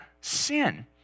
sin